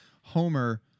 Homer